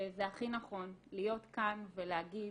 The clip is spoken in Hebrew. וזה הכי נכון להיות כאן ולהגיד